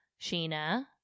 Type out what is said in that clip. Sheena